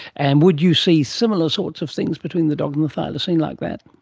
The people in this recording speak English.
and would you see similar sorts of things between the dog and the thylacine like that?